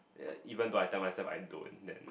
even though I tell myself I don't then